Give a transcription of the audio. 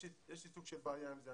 יש לי סוג של בעיה עם זה.